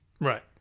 Right